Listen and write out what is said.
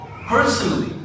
personally